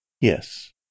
Yes